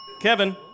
Kevin